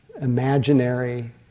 imaginary